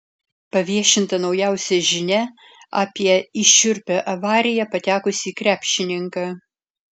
paviešinta naujausia žinia apie į šiurpią avariją patekusį krepšininką